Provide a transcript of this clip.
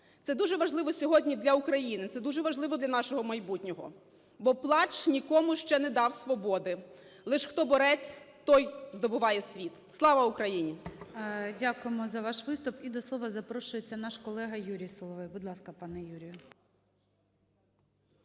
Це дуже важливо сьогодні для України, це дуже важливо для нашого майбутнього. "Бо плач нікому ще не дав свободи. Лиш хто борець, той здобуває світ". Слава Україні! ГОЛОВУЮЧИЙ. Дякуємо за ваш виступ. І до слова запрошується наш колега Юрій Соловей. Будь ласка, пане Юрію.